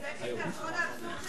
זה מחזק את תיאטרון האבסורד של נתניהו.